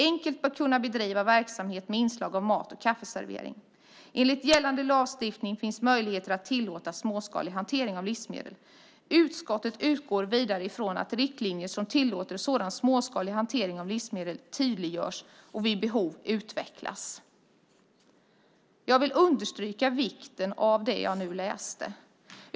enkelt bör kunna bedriva verksamhet med inslag av mat eller kafferservering. Enligt gällande lagstiftning finns möjligheter att tillåta småskalig hantering av livsmedel. Utskottet utgår vidare ifrån att riktlinjer som tillåter sådan småskalig hantering av livsmedel tydliggörs och vid behov utvecklas." Jag vill understryka vikten av det jag nu läste.